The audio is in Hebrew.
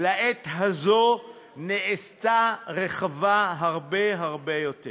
לעת הזאת נעשתה רחבה הרבה הרבה יותר.